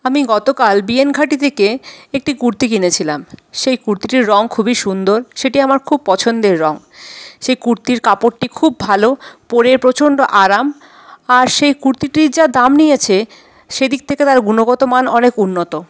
আমি গতকাল বিএন ঘাটী থেকে একটি কুর্তি কিনেছিলাম সেই কুর্তিটির রং খুবই সুন্দর সেটি আমার খুব পছন্দের রং সেই কুর্তির কাপড়টি খুব ভালো পরে প্রচণ্ড আরাম আর সেই কুর্তিটির যা দাম নিয়েছে সেদিক থেকে তার গুণগত মান অনেক উন্নত